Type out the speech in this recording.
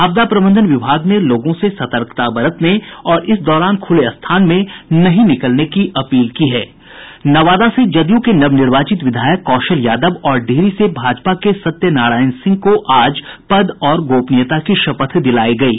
आपदा प्रबंधन विभाग ने लोगों से सतर्कता बरतने और इस दौरान खुले स्थान में नहीं निकलने की अपील की है नवादा से जदयू के नवनिर्वाचित विधायक कौशल यादव और डिहरी से भाजपा के सत्य नारायण सिंह को आज पद और गोपनीयता की शपथ दिलायी गयी